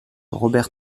robert